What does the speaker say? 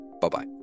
bye-bye